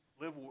live